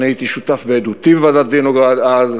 אני הייתי שותף, בעדותי בוועדת וינוגרד אז,